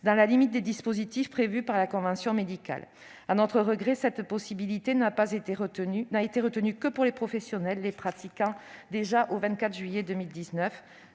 dans la limite des dispositifs prévus par la convention médicale. À notre regret, cette possibilité n'a été retenue que pour les professionnels les pratiquant déjà au 24 juillet 2019,